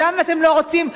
שם אתם לא רוצים?